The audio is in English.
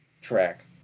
track